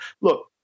Look